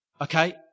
okay